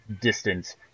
distance